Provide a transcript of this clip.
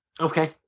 Okay